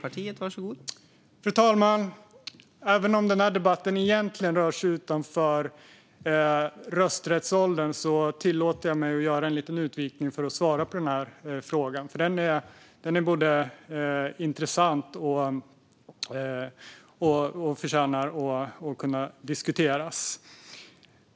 Fru talman! Även om den här debatten egentligen rör sig om något annat än rösträttsåldern tillåter jag mig att göra en liten utvikning för att svara på frågan, för den är intressant och förtjänar att diskuteras.